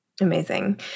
Amazing